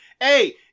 Hey